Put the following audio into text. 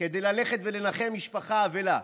כדי ללכת ולנחם משפחה אבלה.